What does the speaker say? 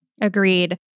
Agreed